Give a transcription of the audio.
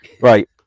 right